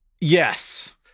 yes